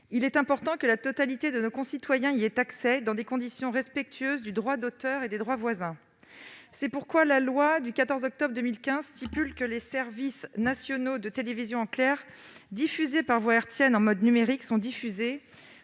Il est important que la totalité de nos concitoyens y ait accès dans des conditions respectueuses du droit d'auteur et des droits voisins. C'est pourquoi la loi de 1986, telle que modifiée par la loi du 14 octobre 2015, dispose que « les services nationaux de télévision en clair diffusés par voie hertzienne en mode numérique sont diffusés